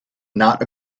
not